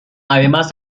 además